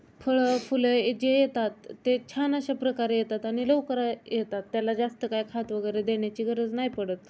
फळं फुलं जे येतात ते छान अशा प्रकारे येतात आणि लवकर येतात त्याला जास्त काय खत वगैरे देण्याची गरज ना नाही पडत